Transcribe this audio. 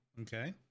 okay